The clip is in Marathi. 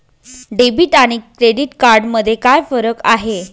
डेबिट आणि क्रेडिट कार्ड मध्ये काय फरक आहे?